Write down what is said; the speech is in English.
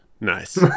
nice